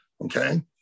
Okay